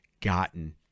gotten